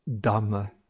Dhamma